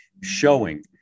showing